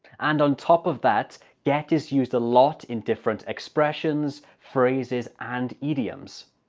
and on top of that get is used a lot in different expressions phrases and idioms,